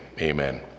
amen